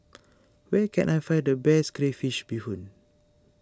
where can I find the best Crayfish BeeHoon